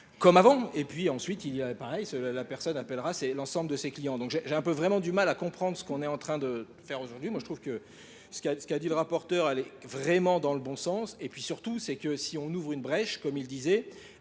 comme avant et puis ensuite il y a pareil cela la personne appellera c'est l'ensemble de ses clients donc j'ai un peu vraiment du mal à comprendre ce qu'on est en train de faire aujourd'hui moi je trouve que Ce qu'a dit le rapporteur, elle est vraiment dans le bon sens. Et puis surtout, c'est que si on ouvre une brèche, comme il disait,